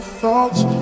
thoughts